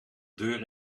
deur